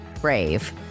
brave